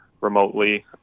remotely